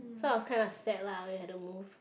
so I was kind of sad lah when we had to move